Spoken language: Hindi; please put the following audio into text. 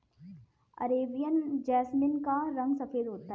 अरेबियन जैसमिन का रंग सफेद होता है